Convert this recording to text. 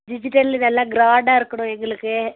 digital நல்ல க்ராண்ட்டாக இருக்கணும் எங்களுக்கு